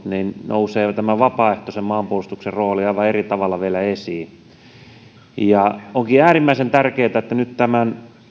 nousee tämä vapaaehtoisen maanpuolustuksen rooli aivan eri tavalla vielä esiin onkin äärimmäisen tärkeätä että nyt tämän